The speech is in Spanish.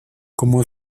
como